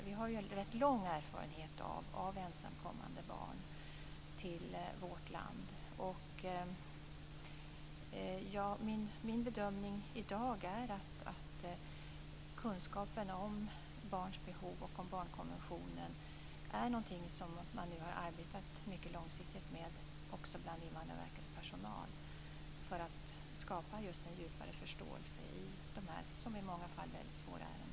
Vi har en rätt lång erfarenhet av ensamkommande barn i vårt land. Min bedömning i dag är att kunskaperna om barns behov och om barnkonventionen är någonting som man nu har arbetat mycket långsiktigt med också bland Invandrarverkets personal för att skapa en djupare förståelse i de här i många fall väldigt svåra ärendena.